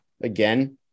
again